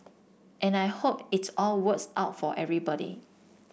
and I hope it's all works out for everybody